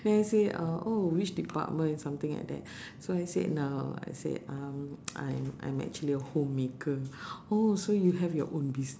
then he say uh oh which department something like that so I said no I said I'm I'm actually a home maker oh so you have your own busi~